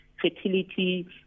fertility